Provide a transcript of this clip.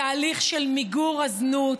בתהליך של מיגור הזנות,